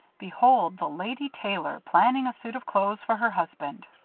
behold the lady tailor, planning a suit of clothes for her husband.